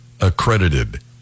accredited